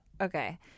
okay